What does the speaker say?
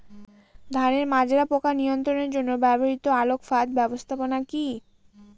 ধানের মাজরা পোকা নিয়ন্ত্রণের জন্য ব্যবহৃত আলোক ফাঁদ ব্যবস্থাপনা কি?